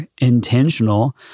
intentional